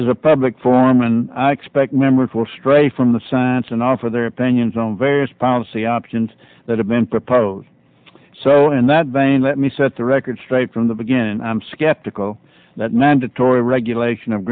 is a public forum and i expect member for stray from the science and offer their opinions on various policy options that have been proposed so in that vein let me set the record straight from the beginning i'm skeptical that mandatory regulation of